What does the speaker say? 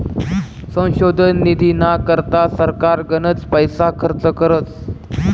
संशोधन निधीना करता सरकार गनच पैसा खर्च करस